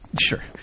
Sure